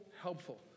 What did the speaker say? helpful